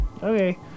Okay